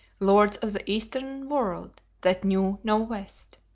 lords of the eastern world that knew no west.